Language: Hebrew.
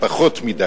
תודה.